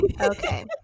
okay